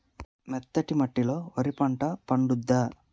మెత్తటి మట్టిలో వరి పంట పండుద్దా?